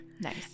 Nice